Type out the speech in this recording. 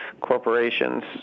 corporations